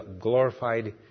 glorified